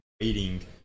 waiting